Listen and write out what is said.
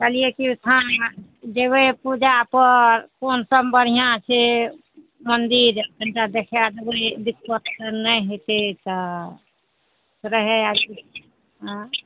कहलिए कि थान जएबै पूजापर कोन सब बढ़िआँ छै मन्दिर कनिटा देखै देबै दिक्कत नहि हेतै तऽ रहै आओर